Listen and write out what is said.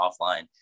offline